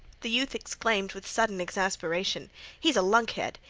the youth exclaimed with sudden exasperation he's a lunkhead!